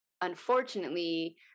unfortunately